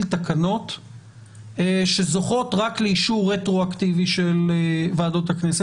תקנות שזוכות רק לאישור רטרואקטיבי של ועדות הכנסת.